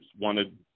wanted